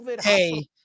Hey